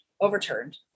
overturned